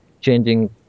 changing